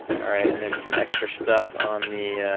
alright, and there's some extra stuff on the,